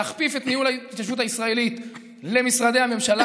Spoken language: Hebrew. להכפיף את ניהול ההתיישבות הישראלית למשרדי הממשלה